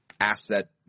asset